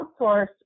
outsource